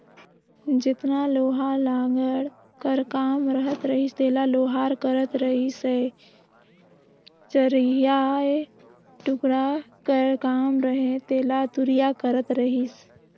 जेतना लोहा लाघड़ कर काम रहत रहिस तेला लोहार करत रहिसए चरहियाए टुकना कर काम रहें तेला तुरिया करत रहिस